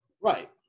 Right